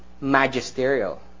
magisterial